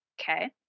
Okay